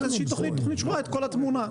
תוכנית שרואה את כל התמונה.